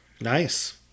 Nice